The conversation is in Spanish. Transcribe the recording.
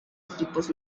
equipos